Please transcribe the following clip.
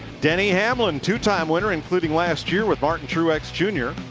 denny hamlin, two-time winner including last year with martin truex jr.